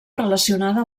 relacionada